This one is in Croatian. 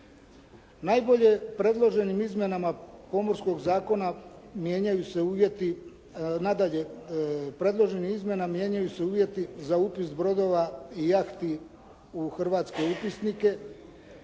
nadalje predloženim izmjenama mijenjaju se uvjeti za upis brodova i jahti u hrvatske upisnike